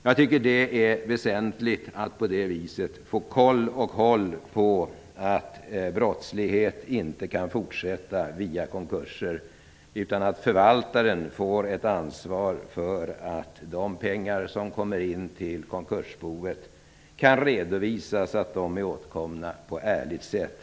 Jag tycker att det är väsentligt att på det sättet få en kontroll på att brottslighet inte kan fortgå via konkurser. Förvaltaren får ett ansvar för att det går att redovisa att de pengar som kommer in till konkursboet är åtkomna på ett ärligt sätt.